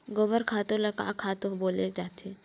गोबर खातु ल का खातु बोले जाथे?